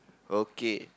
okay